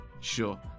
Sure